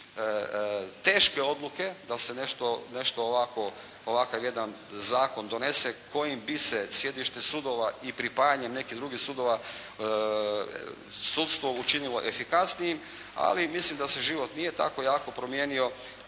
teške odluke da se nešto ovakvo, ovakav jedan zakon donese kojim bi se sjedište sudova i pripajanjem nekih drugih sudova sudstvo učinilo efikasnijim, ali mislim da se život nije tako jako promijenio,